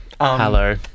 Hello